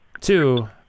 two